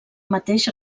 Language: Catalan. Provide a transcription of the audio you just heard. mateix